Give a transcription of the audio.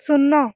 ଶୂନ